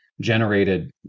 generated